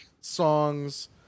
songs